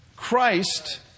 Christ